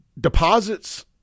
deposits